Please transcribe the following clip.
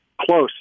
close